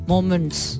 Moments